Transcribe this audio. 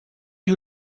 you